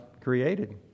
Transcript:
created